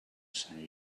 sant